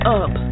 up